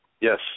Yes